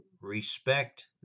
respect